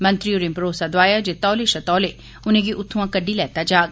मंत्री होरे भरोसा दोआया जे तौले शा तौले उनें गी उत्थुआं कड्डी लैता जाग